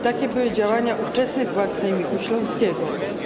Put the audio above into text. Takie były działania ówczesnych władz sejmiku śląskiego.